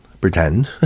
pretend